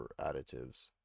additives